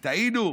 טעינו,